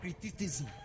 criticism